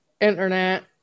Internet